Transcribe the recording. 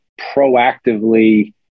proactively